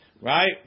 Right